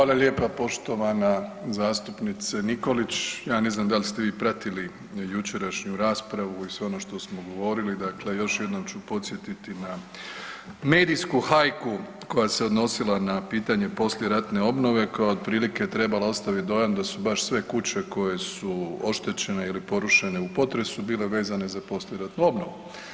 Hvala lijepa poštovana zastupnice Nikolić ja ne znam da li ste vi pratili jučerašnju raspravu i sve ono što smo govorili, dakle još jednom ću podsjetiti na medijsku hajku koja se odnosila na pitanje poslijeratne obnove koja je otprilike trebala ostaviti dojam da su baš sve kuće koje su oštećene ili porušene u potresu bile vezane za poslijeratnu obnovu.